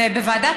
ובוועדת